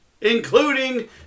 including